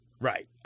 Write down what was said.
Right